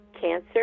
cancer